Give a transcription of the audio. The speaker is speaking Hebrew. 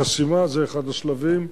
החסימה זה אחד השלבים,